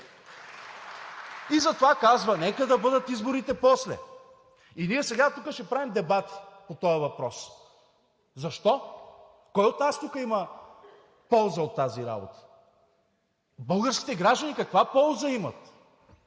И затова казва: нека изборите да бъдат после. И ние сега тук ще правим дебати по този въпрос. Защо? Кой от нас тук има полза от тази работа? Българските граждани каква полза имат?